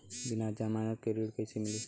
बिना जमानत के ऋण कईसे मिली?